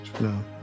No